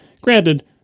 granted